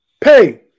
Pay